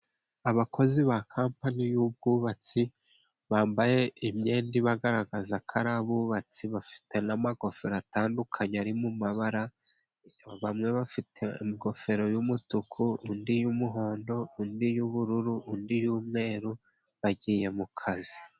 Abakozi ba kapani y'ubwubatsi, bambaye imyenda ibagaragaza ko ari abubatsi, bafite n'amagofero atandukanye ari mu mabara, bamwe bafite ingofero y'umutuku undi y'umuhondo, undi y'ubururu, undi y'umweru bagiye mu kazi.